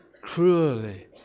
cruelly